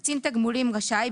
קצין תגמולים רשאי,